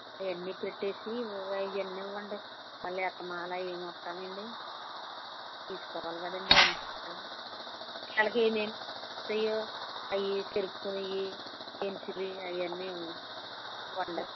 అవన్నీ పెట్టేసి ఇవన్నీ ఇవ్వండి మళ్ళీ అస్తమానం ఏం వస్తామండి తీసుకోవాలి కదండీ అన్ని అలాగే నేను అవి చెరుపుకునేవి పెన్సిళ్ళు అవన్నీ ఇవ్వండి